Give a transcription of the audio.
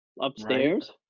Upstairs